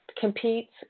competes